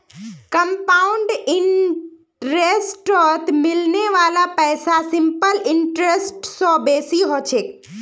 compound इंटरेस्टत मिलने वाला पैसा सिंपल इंटरेस्ट स बेसी ह छेक